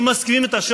מסכימים איתה,